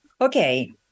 Okay